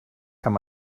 kann